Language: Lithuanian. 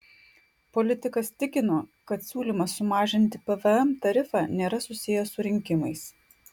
politikas tikino kad siūlymas sumažinti pvm tarifą nėra susijęs su rinkimais